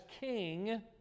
king